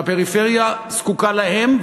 והפריפריה זקוקה להם,